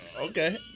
okay